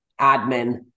admin